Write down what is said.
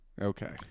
Okay